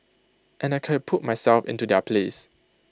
and I can put myself into their place